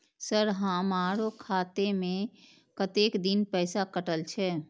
Sir हमारो खाता में कतेक दिन पैसा कटल छे?